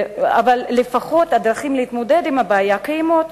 אבל לפחות הדרכים להתמודד עם הבעיה קיימות.